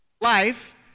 life